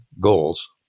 goals